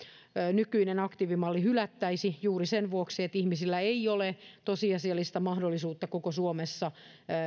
nykyinen aktiivimalli hylättäisiin juuri sen vuoksi että ihmisillä ei ole tosiasiallista mahdollisuutta koko suomessa